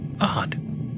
Odd